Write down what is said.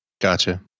Gotcha